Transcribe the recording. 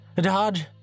Dodge